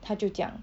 她就讲